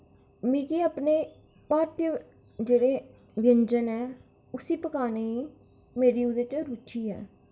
मिगी अपने भापै दे जेह्ड़े व्यंजन ऐ उस्सी पकानै गी मेरी ओह्दे रुची ऐ